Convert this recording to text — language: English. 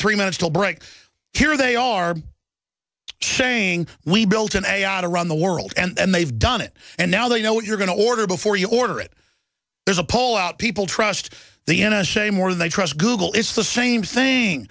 three minutes till break here they are saying we built an a on around the world and they've done it and now they know what you're going to order before you order it there's a poll out people trust the n s a more than they trust google it's the same thing